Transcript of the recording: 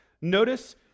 Notice